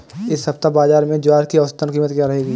इस सप्ताह बाज़ार में ग्वार की औसतन कीमत क्या रहेगी?